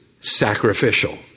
sacrificial